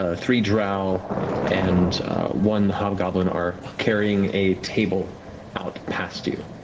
ah three drow and one hobgoblin are carrying a table out past you.